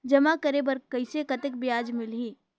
जमा करे बर कइसे कतेक ब्याज मिलही?